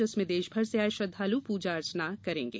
जिसमें देशभर से आये श्रद्वालू पूजा अर्चना करेंगे